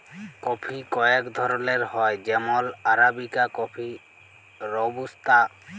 coffee কয়েক ধরলের হ্যয় যেমল আরাবিকা কফি, রবুস্তা